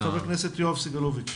כן, בבקשה, חבר הכנסת יואב סגלוביץ'.